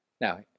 Now